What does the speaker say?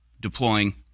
deploying